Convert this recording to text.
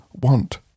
want